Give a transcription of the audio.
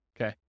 Okay